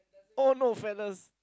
oh no fellas